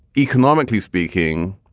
economically speaking,